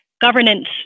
governance